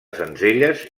sencelles